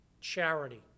charity